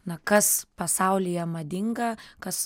na kas pasaulyje madinga kas